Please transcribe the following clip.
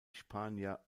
spanier